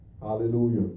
Hallelujah